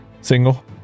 Single